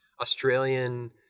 Australian